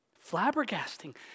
Flabbergasting